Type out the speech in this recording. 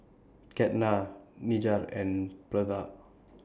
Ketna Niraj and Pratap